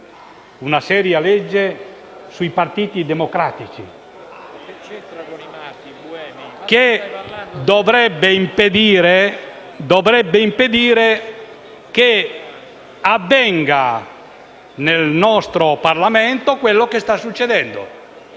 provvedimento sui partiti democratici dovrebbe impedire che avvenga nel nostro Parlamento quello che sta accadendo.